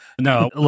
No